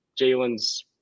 Jalen's